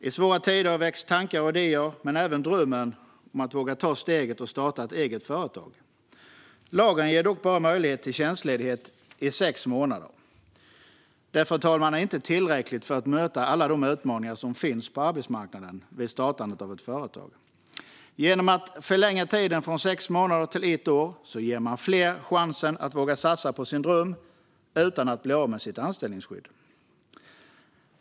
I svåra tider väcks tankar och idéer men även drömmen om att våga ta steget och starta ett eget företag. Lagen ger dock bara möjlighet till tjänstledighet i sex månader. Det är, fru talman, inte tillräckligt för att möta alla de utmaningar som finns på arbetsmarknaden vid startandet av ett företag. Genom att förlänga tiden från sex månader till ett år ger man fler chansen att våga satsa på sin dröm utan att bli av med sitt anställningsskydd.